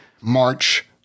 March